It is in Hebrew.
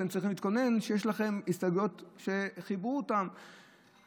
אתם צריכים להתכונן שיש לכם הסתייגויות שחיברו ביניהן,